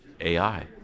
AI